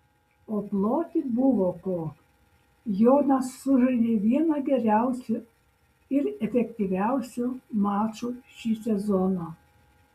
o ploti buvo ko jonas sužaidė vieną geriausių ir efektyviausių mačų šį sezoną